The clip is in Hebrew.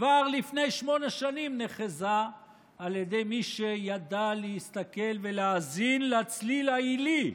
כבר לפני שמונה שנים נחזה על ידי מי שידע להסתכל ולהאזין לצליל העילי,